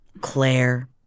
Claire